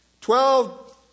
Twelve